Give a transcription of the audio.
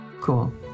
Cool